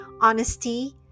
honesty